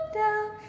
down